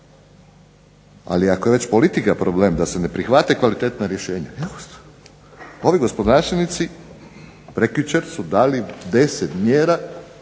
Ali ako je već politika problem da se ne prihvate kvalitetna rješenja, ovi gospodarstvenici prekjučer su dali 10 mjera,